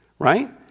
Right